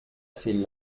ses